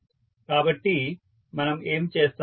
కాబట్టి మనం ఏమి చేస్తాము